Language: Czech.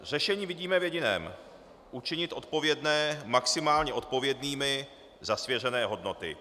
Řešení vidíme v jediném: učinit odpovědné maximálně odpovědnými za svěřené hodnoty.